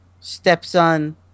stepson